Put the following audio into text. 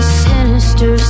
sinister